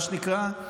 מה שנקרא,